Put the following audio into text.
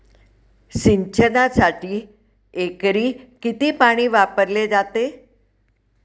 सिंचनासाठी एकरी किती पाणी वापरले जाते?